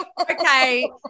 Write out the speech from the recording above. Okay